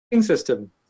system